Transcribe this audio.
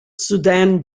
sudan